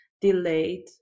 delayed